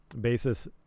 basis